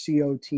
cot